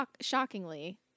shockingly